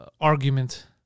argument